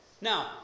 Now